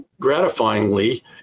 Gratifyingly